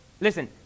Listen